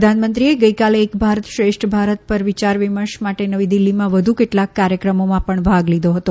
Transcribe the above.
પ્રધાનમંત્રીએ ગઇકાલે એક ભારત શ્રેષ્ઠ ભારત પર વિચાર વિમર્શ માટે નવી દિલ્હીમાં વધુ કેટલાક કાર્યક્રમોમાં ભાગ લીધો હતો